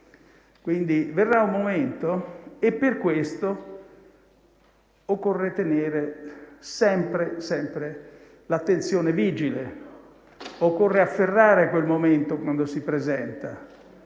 russa. Verrà il momento e per questo occorre tenere sempre l'attenzione vigile; occorre afferrare quel momento, quando si presenta.